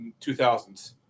2000s